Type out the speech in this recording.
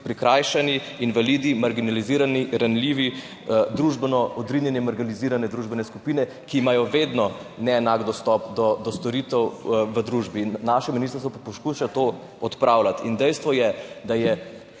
prikrajšani, invalidi, marginalizirani, ranljivi, družbeno odrinjeni, marginalizirane družbene skupine, ki imajo vedno neenak dostop do storitev v družbi. In naše ministrstvo poskuša to odpravljati. Dejstvo je, da je